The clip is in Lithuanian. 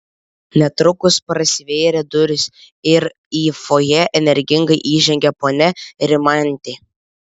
netrukus prasivėrė durys ir į fojė energingai įžengė ponia rimantė